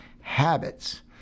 Habits